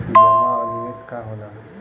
जमा और निवेश का होला?